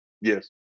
Yes